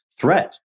threat